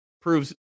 proves